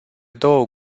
două